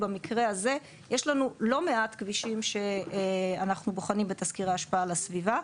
יש לנו לא מעט כבישים שאנחנו בוחנים בתסקירי ההשפעה לסביבה,